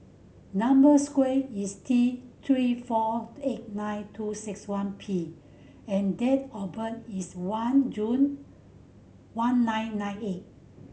number square is T Three four eight nine two six one P and date of birth is one June one nine nine eight